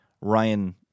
Ryan